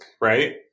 right